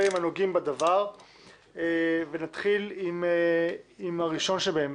עם הנוגעים בדבר ונתחיל עם הראשון שבהם.